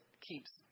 keeps